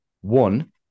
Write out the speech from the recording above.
one